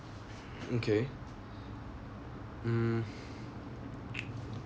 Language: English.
okay mm